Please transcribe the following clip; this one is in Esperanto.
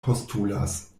postulas